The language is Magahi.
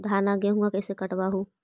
धाना, गेहुमा कैसे कटबा हू?